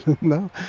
No